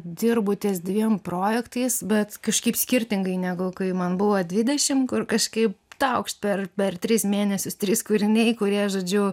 dirbu ties dviem projektais bet kažkaip skirtingai negu kai man buvo dvidešimt kur kažkaip taukšt per per tris mėnesius trys kūriniai kurie žodžiu